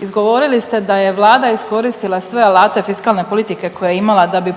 Izgovorili ste da je Vlada iskoristila sve alate fiskalne politike koje je imala da bi